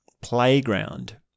playground